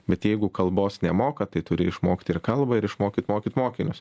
bet jeigu kalbos nemoka tai turi išmokti ir kalbą ir išmokyt mokyt mokinius